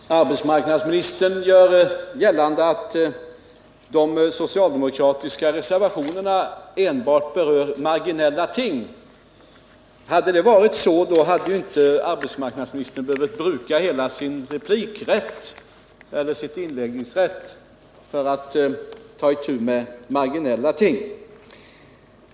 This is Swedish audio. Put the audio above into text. Herr talman! Arbetsmarknadsministern gör gällande att de socialdemokratiska reservationerna enbart berör marginella ting. Hade det varit så, då hade ju arbetsmarknadsministern inte behövt använda hela den tid han hade till förfogande för att ta itu med våra reservationer.